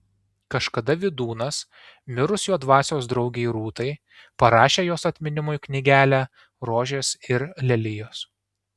kažkada vydūnas mirus jo dvasios draugei rūtai parašė jos atminimui knygelę rožės ir lelijos